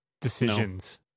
decisions